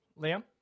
Liam